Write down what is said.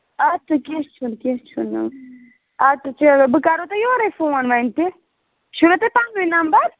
اَدٕ سا کیٚنٛہہ چھُنہٕ کیٚنٛہہ چھُنہٕ اَدٕ سا چلو بہٕ کَرو تۄہہِ یورَے فون وۅنۍ تہِ چھُو نا تۄہہِ پَننُے نمبر